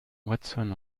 watson